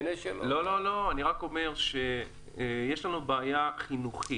אני רק אומר שיש לנו בעיה חינוכית.